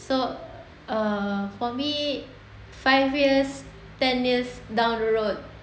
so uh for me five years ten years down the road